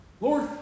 Lord